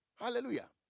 Hallelujah